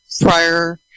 prior